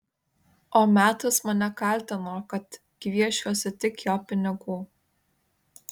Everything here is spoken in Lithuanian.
o metas mane kaltino kad gviešiuosi tik jo pinigų